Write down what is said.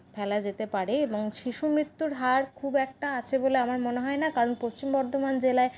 ফেলা যেতে পারে এবং শিশুমৃত্যুর হার খুব একটা আছে বলে আমার মনে হয় না কারণ পশ্চিম বর্ধমান জেলায়